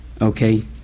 Okay